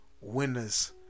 Winners